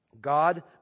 God